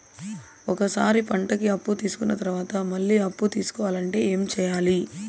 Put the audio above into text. ఒక సారి పంటకి అప్పు తీసుకున్న తర్వాత మళ్ళీ అప్పు తీసుకోవాలంటే ఏమి చేయాలి?